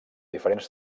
diferents